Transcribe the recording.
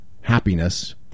happiness